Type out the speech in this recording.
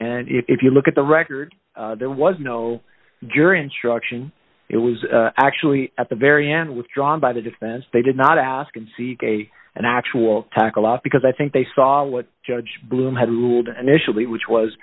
and if you look at the record there was no jury instruction it was actually at the very end withdrawn by the defense they did not ask and seek a an actual attack a lot because i think they saw what judge bloom had ruled an initially which was